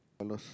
dollars